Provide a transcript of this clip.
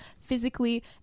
physically